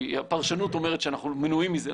כי הפרשנות אומרת שאנחנו מנועים מזה,